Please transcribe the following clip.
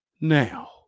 now